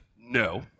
no